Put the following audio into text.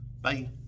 Bye